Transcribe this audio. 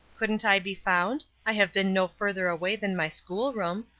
couldn't i be found? i have been no further away than my school-room?